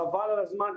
חבל על הזמן,